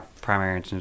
primary